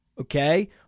Okay